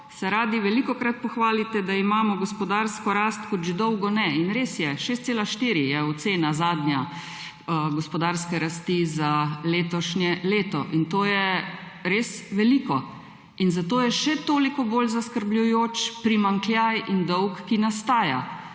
se radi velikokrat pohvalite, da imamo gospodarsko rast kot že dolgo ne. In res je, 6,4 je zadnja ocena gospodarske rasti za letošnje leto. In to je res veliko. In zato je še toliko bolj zaskrbljujoč primanjkljaj in dolg, ki nastaja.